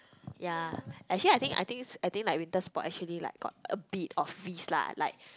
ya actually I think I thinks I think like winter sport actually like got a bit of risk lah like